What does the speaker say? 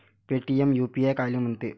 Paytm UPI कायले म्हनते?